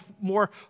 more